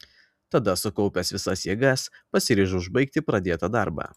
tada sukaupęs visas jėgas pasiryžau užbaigti pradėtą darbą